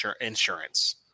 insurance